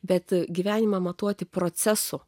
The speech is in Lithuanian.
bet gyvenimą matuoti procesų